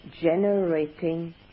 generating